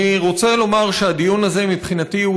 אני רוצה לומר שהדיון הזה מבחינתי הוא